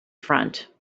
front